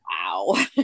wow